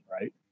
Right